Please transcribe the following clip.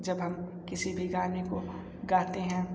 जब हम किसी भी गाने को गाते हैं